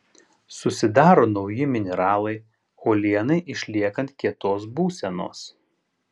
susidaro nauji mineralai uolienai išliekant kietos būsenos